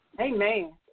Amen